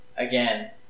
Again